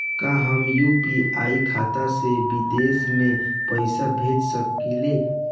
का हम यू.पी.आई खाता से विदेश में पइसा भेज सकिला?